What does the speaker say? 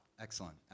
Excellent